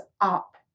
up